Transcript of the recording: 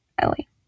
Ellie